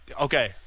Okay